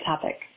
topic